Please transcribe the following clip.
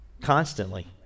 constantly